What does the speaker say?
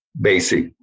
basic